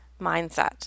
mindset